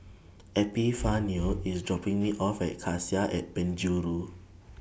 Epifanio IS dropping Me off At Cassia At Penjuru